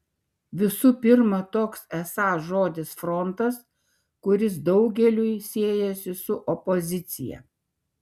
visų pirma toks esąs žodis frontas kuris daugeliui siejasi su opozicija